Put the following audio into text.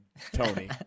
Tony